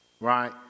right